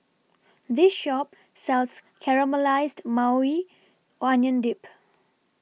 This Shop sells Caramelized Maui Onion Dip